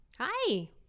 Hi